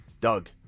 Doug